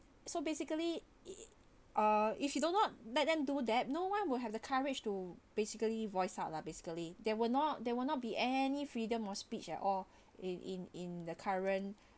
so basically it uh if you do not let them do that no one will have the courage to basically voice out lah basically there will not there will not be any freedom of speech at all in in in the current